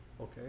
Okay